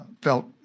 felt